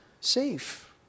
safe